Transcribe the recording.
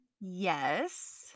yes